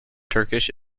turkish